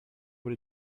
what